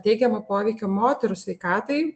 teigiamo poveikio moterų sveikatai